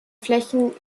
flächen